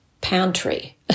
pantry